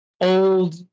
old